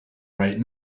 right